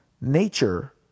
Nature